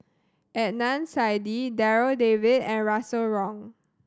Adnan Saidi Darryl David and Russel Wong